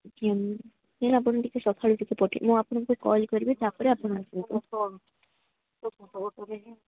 ଆପଣ ଟିକେ ସକାଳୁ ଟିକେ ପଠେଇବେ ମୁଁ ଆପଣଙ୍କୁ କଲ୍ କରିବି ତାପରେ ଆପଣ ଆସିବେ